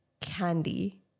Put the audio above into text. candy